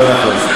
זה נכון.